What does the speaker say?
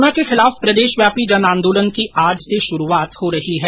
corona के खिलाफ प्रदेशव्यापी जन आंदोलन की आज से शुरूआत हो रही है